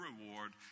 reward